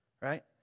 right